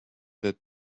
that